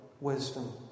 wisdom